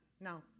no